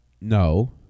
No